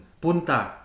Punta